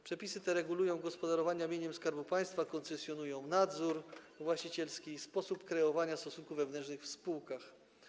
Przepisy te regulują gospodarowanie mieniem Skarbu Państwa, koncesjonują nadzór właścicielski i sposób kreowania stosunków wewnętrznych w spółkach.